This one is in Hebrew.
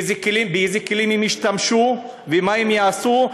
באיזה כלים הם ישתמשו ומה הם יעשו?